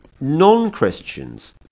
non-christians